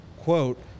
quote